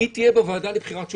היא תהיה בוועדה לבחירת שופטים.